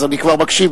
אז אני כבר מקשיב,